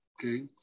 okay